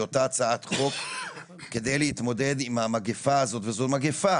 אותה הצעת חוק כדי להתמודד עם המגפה הזאת - וזו מגפה